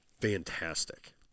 fantastic